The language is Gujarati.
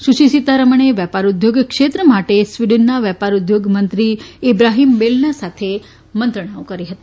સુશ્રી સીતારમણે વેપાર ઉદ્યોગ ક્ષેત્ર માટે સ્વીડનના વેપાર ઉદ્યોગ મંત્રી ઇબ્રાહીમ બેલના સાથે મંત્રણાઓ કરી હતી